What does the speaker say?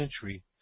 century